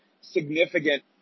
significant